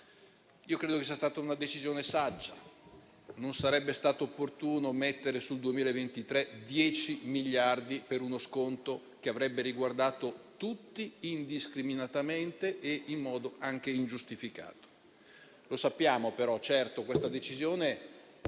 Credo che sia stata una decisione saggia. Non sarebbe stato opportuno mettere, sul 2023, 10 miliardi per uno sconto che avrebbe riguardato tutti indiscriminatamente e in modo anche ingiustificato. Sappiamo che questa decisione